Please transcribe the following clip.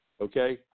okay